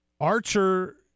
Archer